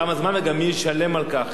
כמה זמן וגם מי ישלם על כך,